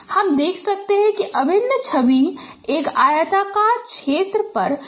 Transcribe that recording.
हम देख सकते हैं कि अभिन्न छवि एक आयताकार क्षेत्र पर पिक्सेल मानों का संचयी योग है